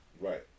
Right